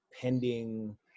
pending